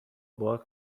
باک